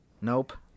nope